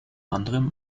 anderem